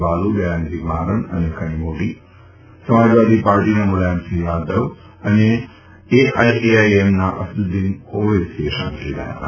બાલુ દયાનિધિ મારન અને કનીમોડી સમાજવાદી પાર્ટીના મુલાયમસિંહ યાદવ અને એઆઇએઆઇએમના અસદ્દદીન ઓવૈસીએ શપથ લીધા હતા